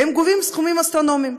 והם גובים סכומים אסטרונומיים,